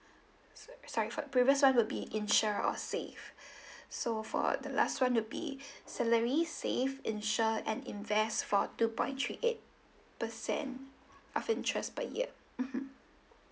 sorry sorry for previous one would be insure or save so for the last one would be salary save insure and invest for two point three eight percent of interest per year mmhmm